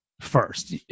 first